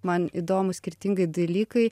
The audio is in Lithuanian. man įdomūs skirtingai dalykai